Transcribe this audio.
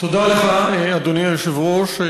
תודה לך, אדוני היושב-ראש.